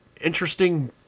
interesting